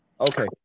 Okay